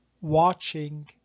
watching